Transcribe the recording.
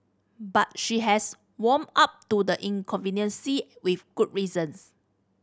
but she has warm up to the inconvenience see with good reasons